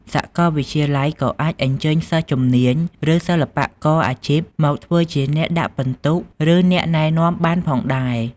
សាកលវិទ្យាល័យក៏អាចអញ្ជើញសិស្សជំនាញ ឬសិល្បករអាជីពមកធ្វើជាអ្នកដាក់ពិន្ទុ ឬអ្នកណែនាំបានផងដែរ។